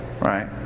right